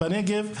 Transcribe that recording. בנגב,